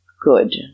good